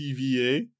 TVA